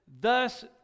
thus